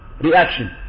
reaction